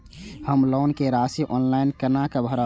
हम लोन के राशि ऑनलाइन केना भरब?